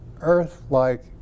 Earth-like